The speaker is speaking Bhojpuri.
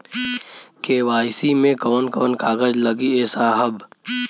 के.वाइ.सी मे कवन कवन कागज लगी ए साहब?